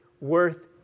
worth